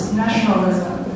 nationalism